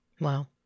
Wow